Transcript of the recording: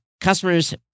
customers